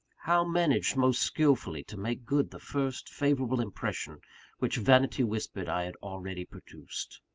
how manage most skilfully to make good the first favourable impression which vanity whispered i had already produced?